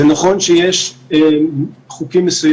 המל"ג לא יהיה חלק מתוך קבלת החלטות על הנציגים